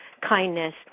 Kindness